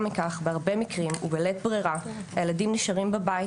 מכך בהרבה מקרים ובלית ברירה הילדים נשארים בבית,